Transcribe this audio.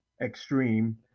Extreme